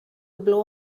blow